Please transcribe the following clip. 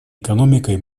экономикой